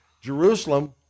Jerusalem